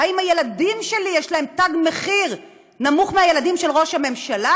האם הילדים שלי יש להם תג מחיר נמוך משל הילדים של ראש הממשלה?